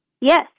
Yes